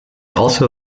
also